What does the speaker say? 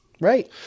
Right